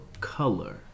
color